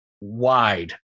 wide